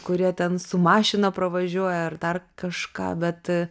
kurie ten su mašina pravažiuoja ar dar kažką bet